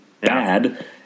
bad